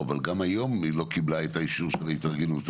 אבל גם היום היא לא קיבלה את האישור של ההתארגנות.